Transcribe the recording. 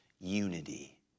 unity